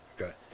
Okay